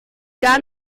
gar